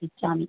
इच्छामि